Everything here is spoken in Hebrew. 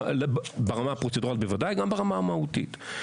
ברמה הפרוצדורלית בוודאי וגם ברמה המהותית.